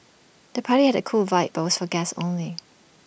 the party had A cool vibe but was for guests only